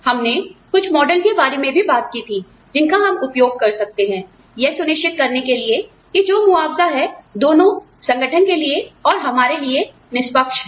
हमने कुछ मॉडल के बारे में भी बात की थी जिनका हम उपयोग कर सकते हैं यह सुनिश्चित करने के लिए कि जो मुआवजा है दोनों संगठन के लिए और हमारे लिए निष्पक्ष है